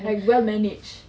like well managed